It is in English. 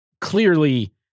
clearly